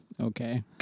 Okay